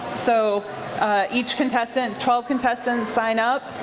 so each contestant, twelve contestants sign up.